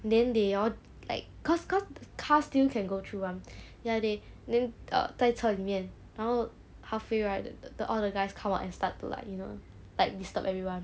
then they all like cause cause car still can go through [one] ya they then err 在车里面然后 halfway right the the the all the guys come out and start to like you know like disturb everyone